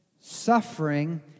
suffering